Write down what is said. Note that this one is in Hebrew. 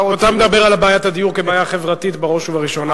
אתה מדבר על בעיית הדיור כבעיה חברתית בראש ובראשונה.